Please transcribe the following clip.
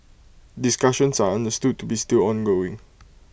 discussions are understood to be still ongoing